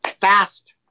fast